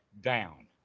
down